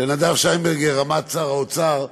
לנדב שיינברגר, רמ"ט שר האוצר,